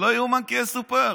לא ייאמן כי יסופר.